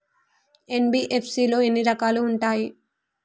NBFC లో ఎన్ని రకాలు ఉంటాయి?